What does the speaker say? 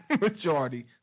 majority